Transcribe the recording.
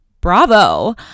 Bravo